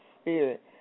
Spirit